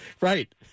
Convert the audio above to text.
Right